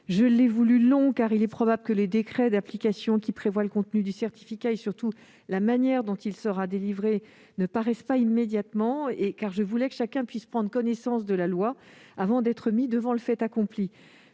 Je l'ai voulu long, car il est probable que les décrets d'application, détaillant le contenu du certificat et, surtout, encadrant la manière dont celui-ci sera délivré, ne paraîtront pas immédiatement. Mon souhait était donc que chacun puisse prendre connaissance de la loi avant d'être mis devant le fait accompli.